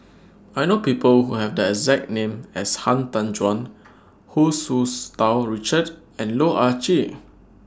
I know People Who Have The exact name as Han Tan Juan Hu Tsu's Tau Richard and Loh Ah Chee